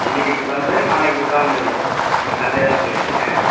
இன்னிக்கு கொடுத்தாலும் சரி நாளைக்கு கொடுத்தாலும் சரி நீங்கள் சண்டேதானே சொல்லியிருக்கீங்க